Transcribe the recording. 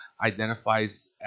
identifies